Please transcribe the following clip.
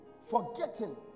forgetting